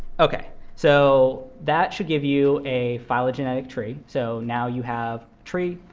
ok, so that should give you a phylogenetic tree. so now you have tree,